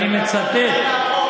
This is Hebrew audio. חבר הכנסת משה ארבל.